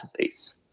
disease